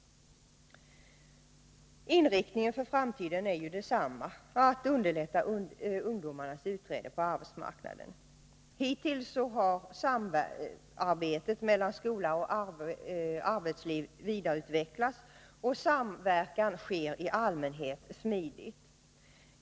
Inriktningen för framtiden är densamma. Hittills har samarbetet mellan skola och näringsliv vidareutvecklats, och samverkan sker i allmänhet smidigt.